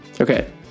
okay